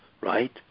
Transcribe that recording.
right